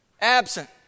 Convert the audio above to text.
Absent